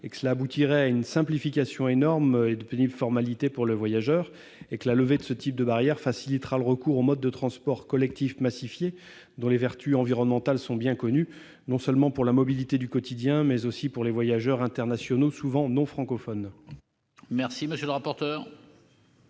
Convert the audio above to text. Cela aboutirait à une très importante simplification de formalités pénibles pour le voyageur. La levée de ce type de barrières facilitera le recours aux modes de transport collectif massifié, dont les vertus environnementales sont bien connues, non seulement pour la mobilité du quotidien, mais aussi pour les voyageurs internationaux, souvent non francophones.